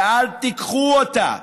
ואל תיקחו אותה.